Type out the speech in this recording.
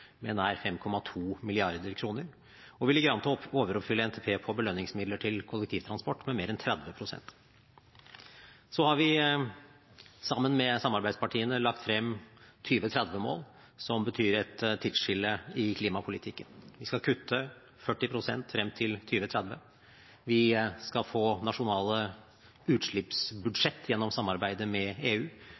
med nær 5,2 mrd. kr., og vi ligger an til å overoppfylle NTP på belønningsmidler til kollektivtransport med mer enn 30 pst. Så har vi sammen med samarbeidspartiene lagt frem 2030-mål, som betyr et tidsskille i klimapolitikken. Vi skal kutte 40 pst. frem til 2030. Vi skal få nasjonale utslippsbudsjett gjennom samarbeidet med EU.